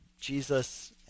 Jesus